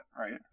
right